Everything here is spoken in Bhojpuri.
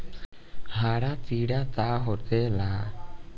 हरा कीड़ा का होखे ला?